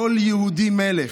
כל יהודי מלך,